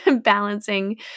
balancing